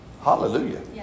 Hallelujah